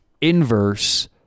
inverse